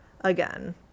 again